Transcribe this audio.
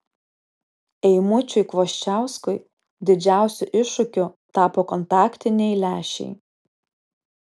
eimučiui kvoščiauskui didžiausiu iššūkiu tapo kontaktiniai lęšiai